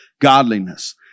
godliness